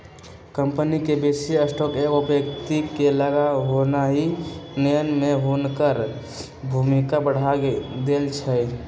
company के बेशी stock एगो व्यक्ति के लग होनाइ नयन में हुनकर भूमिका बढ़ा देइ छै